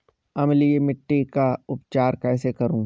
अम्लीय मिट्टी का उपचार कैसे करूँ?